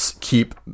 keep